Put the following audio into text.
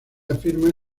afirma